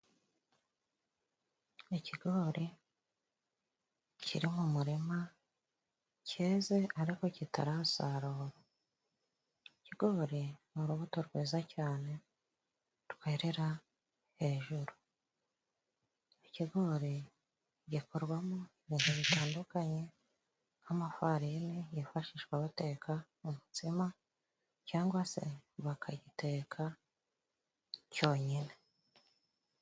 Ikigori ciri mu muririma cyeze ariko kitarasarurwa. Ikigo buri ni urubuto rwiza cyane rwerera hejuru. Ikigori gikorwamo ibintu bitandukanye nk'amafarine yifashishwa bateka umutsima, cyangwa se bakagiteka cyonyine.